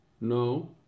No